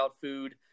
food